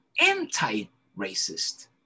anti-racist